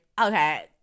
okay